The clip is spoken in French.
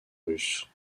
russe